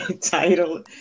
title